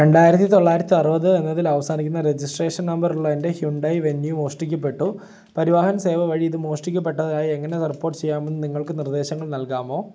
രണ്ടായിരത്തി തൊള്ളായിരത്തി അറുപത് എന്നതിൽ അവസാനിക്കുന്ന രജിസ്ട്രേഷൻ നമ്പറുള്ള എൻ്റെ ഹ്യുണ്ടായി വെന്യൂ മോഷ്ടിക്കപ്പെട്ടു പരിവാഹൻ സേവ വഴി ഇതു മോഷ്ടിക്കപ്പെട്ടതായി എങ്ങനെ അത് റിപ്പോർട്ട് ചെയ്യാമെന്നു നിങ്ങൾക്കു നിർദ്ദേശങ്ങൾ നൽകാമോ